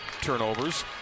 turnovers